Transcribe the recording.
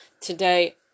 Today